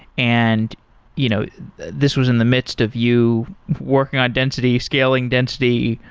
and you know this was in the midst of you working on density, scaling density,